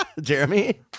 Jeremy